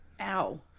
Ow